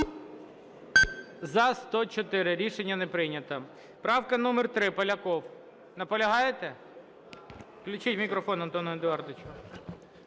За-104 Рішення не прийнято. Правка номер 3, Поляков. Наполягаєте? Включіть мікрофон Антону Едуардовичу.